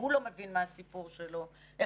זה